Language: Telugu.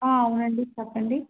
అవునండి చెప్పండి